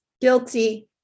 guilty